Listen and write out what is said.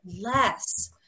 less